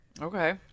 Okay